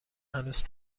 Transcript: هنوز